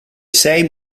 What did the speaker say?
sei